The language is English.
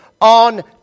on